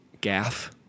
Gaff